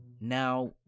Now